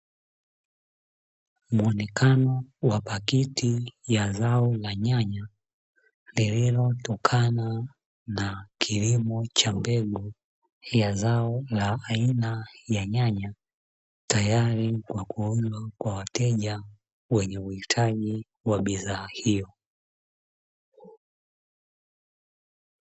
Muonekano wa pakiti ya zao la nyanya, lililotokana na kilimo cha mbegu ya zao la aina ya nyanya, tayari kwa kuonwa kwa wateja wenye uhitaji wa bidhaa hiyo.